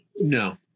no